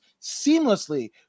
seamlessly